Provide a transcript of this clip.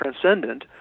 transcendent